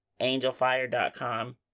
angelfire.com